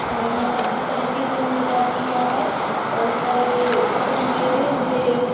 ये मतलब जिस तरीके से उनने टॉप किया है उस तरह के उस तरीके से मुझे